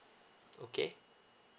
okay